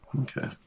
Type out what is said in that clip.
Okay